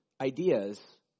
ideas